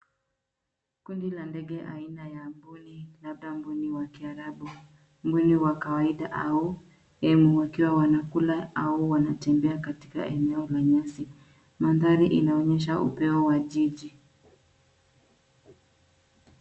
Kundi la ndege aina ya mbuni, labda mbuni wa kiarabu, mbuni wa kawaida au wakiwa au wanatembea katika nyasi. Mandhari inaonyesha upeo wa jiji.